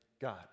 God